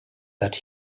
that